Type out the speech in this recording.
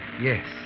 Yes